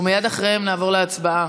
מייד אחריהן נעבור להצבעה.